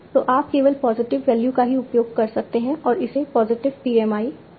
तो आप केवल पॉजिटिव वैल्यूज का ही उपयोग कर सकते हैं और इसे पॉजिटिव PMI PPMI कहा जाता है